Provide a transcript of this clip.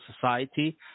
society